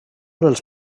dels